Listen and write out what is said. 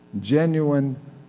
genuine